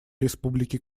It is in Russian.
республики